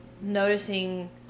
noticing